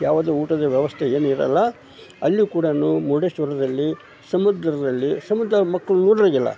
ಯಾವುದು ಊಟದ ವ್ಯವಸ್ಥೆ ಏನೂ ಇರೋಲ್ಲ ಅಲ್ಲಿ ಕೂಡನೂ ಮುರುಡೇಶ್ವರದಲ್ಲಿ ಸಮುದ್ರದಲ್ಲಿ ಸಮುದ್ರ ಮಕ್ಕಳು ನೋಡಿರೋಂಗಿಲ್ಲ